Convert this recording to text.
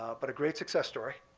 but a great success story.